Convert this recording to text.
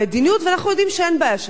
ואנחנו יודעים שאין בעיה של תקציב,